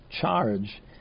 charge